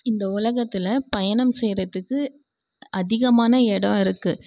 இந்த உலகத்தில் பயணம் செய்கிறதுக்கு அதிகமான எடம் இருக்குது